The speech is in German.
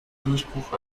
durchbruch